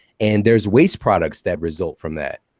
and there's waste products that result from that.